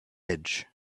edge